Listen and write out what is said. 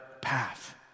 path